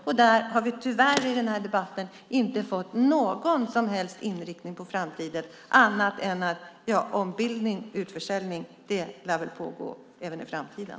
Tyvärr har vi i den här debatten inte fått något som helst besked om den framtida inriktningen annat än att ombildning och utförsäljning väl lär fortsätta även i framtiden.